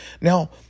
now